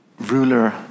ruler